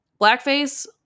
Blackface